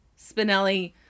Spinelli